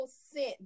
scent